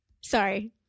Sorry